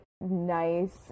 nice